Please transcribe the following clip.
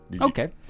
Okay